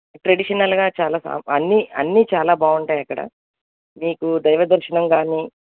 ట్రెడిషనల్గా చాలా అన్నీ అన్నీ చాలా బావుంటాయి అక్కడ మీకు దైవ దర్శనం గానీ